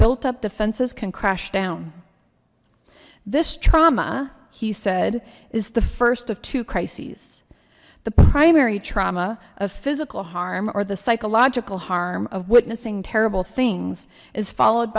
built up defenses can crash down this trauma he said is the first of two crises the primary trauma of physical harm or the psychological harm of witnessing terrible things is followed